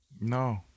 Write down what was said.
No